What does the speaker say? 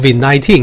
COVID-19